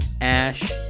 ash